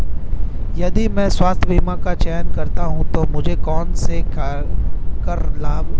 यदि मैं स्वास्थ्य बीमा का चयन करता हूँ तो मुझे कौन से कर लाभ मिलेंगे?